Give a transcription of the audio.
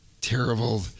terrible